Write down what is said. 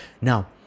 now